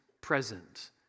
present